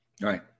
right